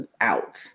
out